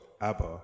Abba